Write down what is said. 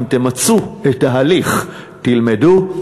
אם תמצו את ההליך: תלמדו,